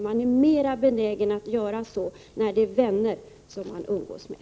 Man är mer benägen att göra så när det är vänner man umgås med.